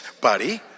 buddy